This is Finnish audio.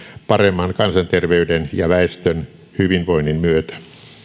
paremman kansanterveyden ja väestön hyvinvoinnin myötä